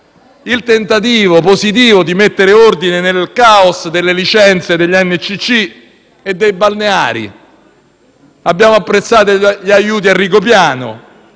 il tentativo positivo di mettere ordine nel caos delle licenze degli NCC e dei balneari. Abbiamo apprezzato gli aiuti a Rigopiano